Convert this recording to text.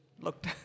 looked